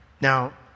Now